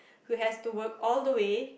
who has to work all the way